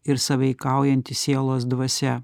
ir sąveikaujanti sielos dvasia